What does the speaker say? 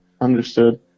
Understood